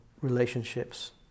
relationships